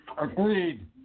Agreed